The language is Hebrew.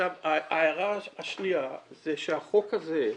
ההערה השנייה זה שהחוק הזה,